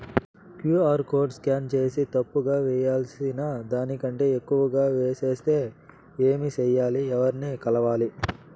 QR code scan సేసి తప్పు గా వేయాల్సిన దానికంటే ఎక్కువగా వేసెస్తే ఏమి సెయ్యాలి? ఎవర్ని కలవాలి?